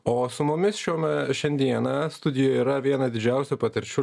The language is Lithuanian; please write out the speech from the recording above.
o su mumis šiuo me šiandieną studijoj yra viena didžiausių patirčių